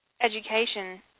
education